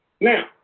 Now